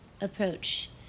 approach